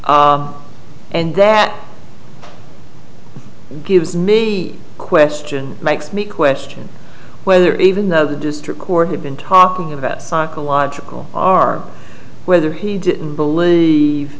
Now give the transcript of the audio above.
and that gives me the question makes me question whether even though the district court had been talking about psychological are whether he didn't believe